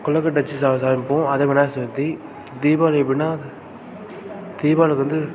கொழுக்கட்ட வச்சு ச சமைப்போம் அதுதான் விநாயகர் சதுர்த்தி தீபாவளி எப்படின்னா தீபாவளிக்கு வந்து